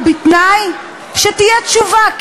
ובתנאי שתהיה תשובה,